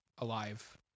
alive